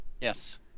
Yes